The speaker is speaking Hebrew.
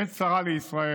עת צרה לישראל,